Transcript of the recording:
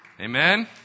Amen